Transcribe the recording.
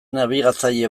nabigatzaile